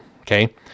okay